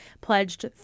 pledged